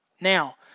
now